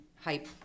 hype